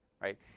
right